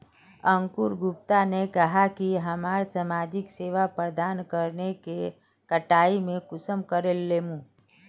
अंकूर गुप्ता ने कहाँ की हमरा समाजिक सेवा प्रदान करने के कटाई में कुंसम करे लेमु?